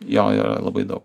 jo jo yra labai daug